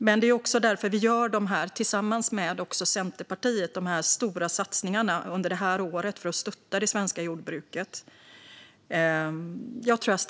Men det är också därför vi tillsammans med Centerpartiet under det här året gör stora satsningar för att stötta det svenska jordbruket.